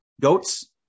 Goats